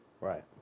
Right